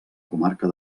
comarca